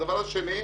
הדבר השני.